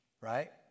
right